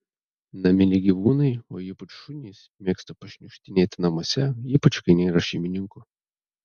naminiai gyvūnai o ypač šunys mėgsta pašniukštinėti namuose ypač kai nėra šeimininkų